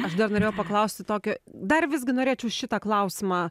aš dar norėjau paklausti tokio dar visgi norėčiau šitą klausimą